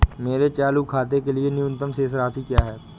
मेरे चालू खाते के लिए न्यूनतम शेष राशि क्या है?